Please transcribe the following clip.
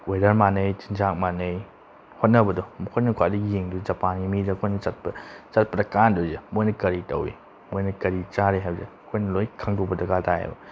weather ꯃꯥꯟꯅꯩ ꯆꯤꯟꯖꯥꯛ ꯃꯥꯟꯅꯩ ꯍꯣꯠꯅꯕꯗꯣ ꯃꯈꯣꯏꯅ ꯈ꯭ꯋꯥꯏꯗꯒꯤ ꯌꯦꯡꯗꯣꯏꯁꯦ ꯖꯄꯥꯟꯒꯤ ꯃꯤꯗ ꯑꯩꯈꯣꯏꯅ ꯆꯠꯄꯗ ꯀꯥꯟꯅꯗꯣꯏꯁꯦ ꯃꯣꯏꯅ ꯀꯔꯤ ꯇꯧꯏ ꯃꯣꯏꯅ ꯀꯔꯤ ꯆꯥꯔꯤ ꯍꯥꯏꯕꯁꯦ ꯑꯩꯈꯣꯏꯅ ꯂꯣꯏ ꯈꯪꯗꯣꯛꯄ ꯗꯔꯀꯥꯔ ꯇꯥꯏ ꯑꯕ